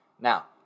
now